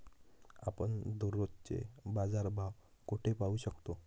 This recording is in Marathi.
आपण दररोजचे बाजारभाव कोठे पाहू शकतो?